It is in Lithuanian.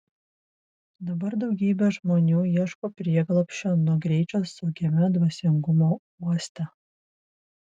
dabar daugybė žmonių ieško prieglobsčio nuo greičio saugiame dvasingumo uoste